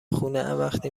خونه، ازوقتی